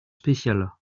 spécial